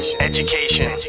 education